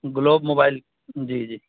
Globe mobile جی جی